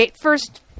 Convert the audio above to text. first